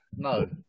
no